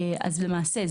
למעשה,